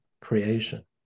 creation